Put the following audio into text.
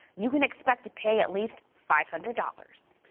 you can expect to pay at least five hundred dollars.